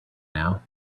now